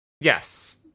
Yes